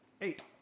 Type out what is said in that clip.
Eight